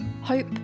Hope